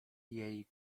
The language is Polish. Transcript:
jej